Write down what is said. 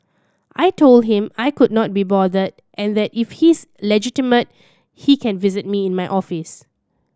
I told him I could not be bothered and that if he's legitimate he can visit me in my office